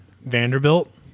Vanderbilt